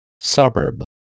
Suburb